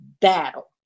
battle